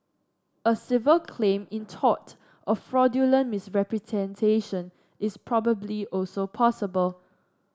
a civil claim in tort of fraudulent misrepresentation is probably also possible